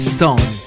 Stone